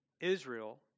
Israel